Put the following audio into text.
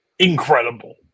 Incredible